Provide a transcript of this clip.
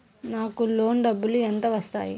నాకు లోన్ డబ్బులు ఎంత వస్తాయి?